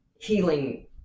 healing